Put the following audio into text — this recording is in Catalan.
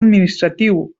administratiu